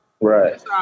right